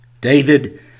David